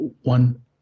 one